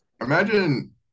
Imagine –